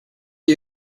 you